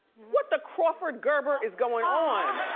what the crawford gerber is going on?